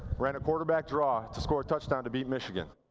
ran a quarterback draw to score a touchdown to beat michigan.